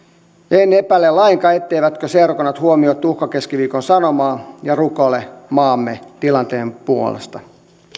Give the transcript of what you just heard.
en epäile lainkaan etteivätkö seurakunnat huomioi tuhkakeskiviikon sanomaa ja rukoile maamme tilanteen puolesta